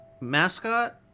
mascot